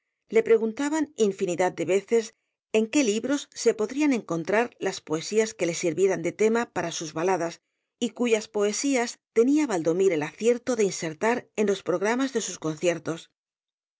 le preguntaban infinidad de veces en qué libros se podrían encontrar las poesías que le sirvieran de tema para sus baladas y cuyas poesías tenía baldomir el acierto de insertar en los programas de sus conciertos